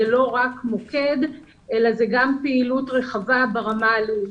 זה לא רק מוקד אלא זו גם פעילות רחבה ברמה הלאומית.